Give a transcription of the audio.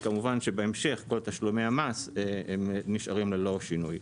כמובן שבהמשך כל תשלומי המס נשארים ללא שינוי.